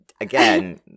Again